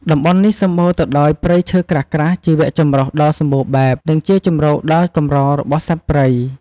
តំបន់នេះសម្បូរទៅដោយព្រៃឈើក្រាស់ៗ ជីវៈចម្រុះដ៏សម្បូរបែប និងជាជម្រកដ៏កម្ររបស់សត្វព្រៃ។